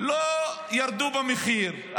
לא ירדו במחיר,